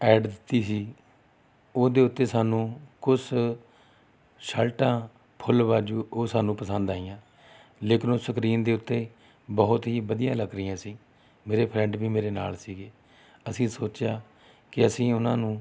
add ਦਿੱਤੀ ਸੀ ਉਹਦੇ ਉੱਤੇ ਸਾਨੂੰ ਕੁਛ ਸ਼ਰਟਾਂ ਫੁੱਲ ਵਾਜੂ ਉਹ ਸਾਨੂੰ ਪਸੰਦ ਆਈਆਂ ਲੇਕਿਨ ਉਹ ਸਕਰੀਨ ਦੇ ਉੱਤੇ ਬਹੁਤ ਹੀ ਵਧੀਆ ਲੱਗ ਰਹੀਆਂ ਸੀ ਮੇਰੇ ਫ੍ਰੈਂਡ ਵੀ ਮੇਰੇ ਨਾਲ ਸੀਗੇ ਅਸੀਂ ਸੋਚਿਆ ਕਿ ਅਸੀਂ ਉਹਨਾਂ ਨੂੰ